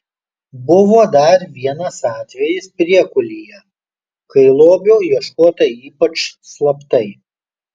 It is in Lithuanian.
buvo dar vienas atvejis priekulėje kai lobio ieškota ypač slaptai